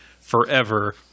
forever